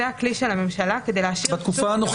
זה הכלי של הממשלה כדי להשאיר את --- גברתי,